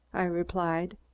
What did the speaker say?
i replied.